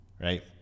right